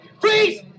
Freeze